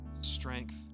strength